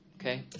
Okay